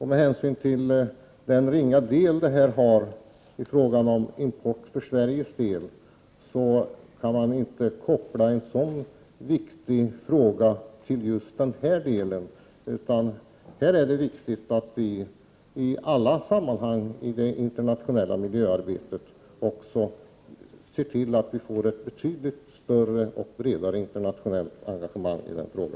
Med hänsyn till den ringa betydelse Sveriges import av faner har, kan inte en sådan viktig fråga kopplas till denna import. Det är här viktigt att vi i alla sammanhang i det internationella miljöarbetet ser till att vi får ett betydligt större och bredare internationellt engagemang i denna fråga.